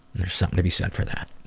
there's something to be said for that.